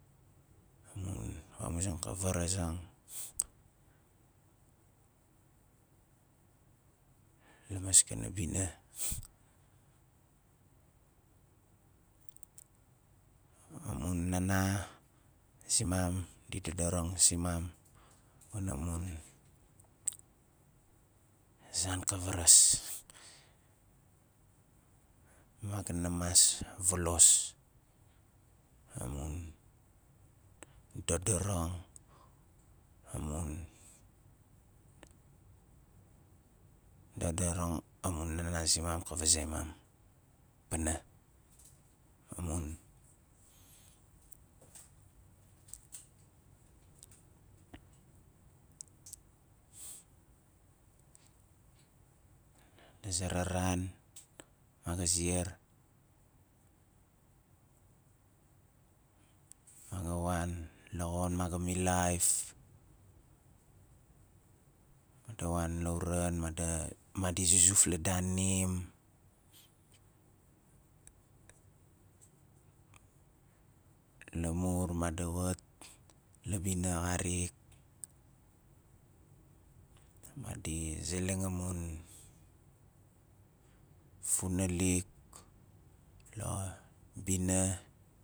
Amun vamuzang ka varazang la maskana bina amun nana simam di dodorang simam wana mun zan ka varas ma ga na mas volos amun dodorang amun dadarang amun nana zimam ka vazei mam pana amun la zera ran ma ga ziar ma ga wan la xon ma ga milaif made wan lauran made madi zuzuf la daanim lamur madi wat la bina xarik madi zeleng amun funalik la bina madi zeleng amun funalik la bina